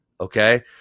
okay